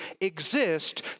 exist